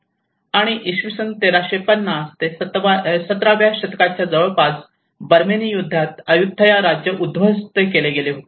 आणि इसवी सन 1350 ते 17 व्या शतकाच्या जवळपास बर्मेनी युद्धात अय्युथय़ा राज्य उध्वस्त केले गेले होते